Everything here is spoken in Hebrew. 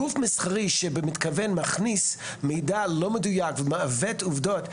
גוף מסחרי שבמתכוון מכניס מידע לא מדויק ומעוות עובדות,